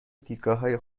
دیدگاههای